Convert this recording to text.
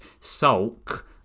sulk